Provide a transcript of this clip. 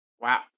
Wow